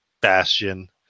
Bastion